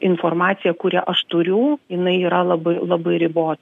informacija kurią aš turiu jinai yra labai labai ribo